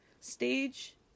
stage